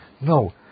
No